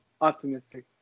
optimistic